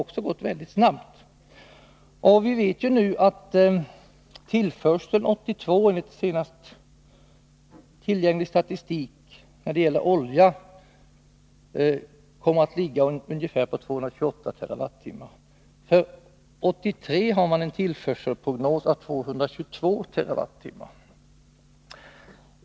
Vi vet att tillförseln 1982, enligt senaste tillgängliga statistik när det gäller olja, kommer att ligga på ungefär 228 TWh. För 1983 är prognosen 222 TWh.